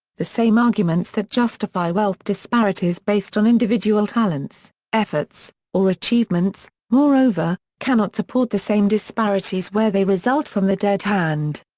the same arguments that justify wealth disparities based on individual talents, efforts, or achievements, moreover, cannot support the same disparities where they result from the dead hand.